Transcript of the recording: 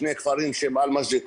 שני כפרים שמעל מג'ד אל כרום,